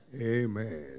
Amen